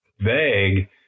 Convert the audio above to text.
vague